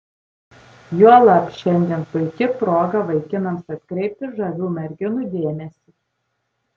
juolab šiandien puiki proga vaikinams atkreipti žavių merginų dėmesį